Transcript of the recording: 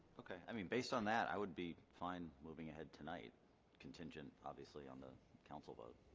okay i mean based on that i would be fine moving ahead tonight contingent obviously on the council vote